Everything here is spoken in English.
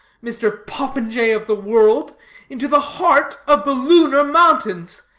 mr. popinjay-of-the-world, into the heart of the lunar mountains.